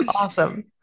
Awesome